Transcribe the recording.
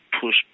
push